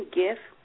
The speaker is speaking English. gift